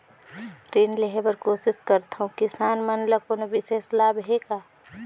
ऋण लेहे बर कोशिश करथवं, किसान मन ल कोनो विशेष लाभ हे का?